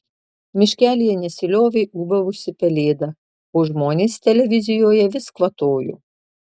miškelyje nesiliovė ūbavusi pelėda o žmonės televizijoje vis kvatojo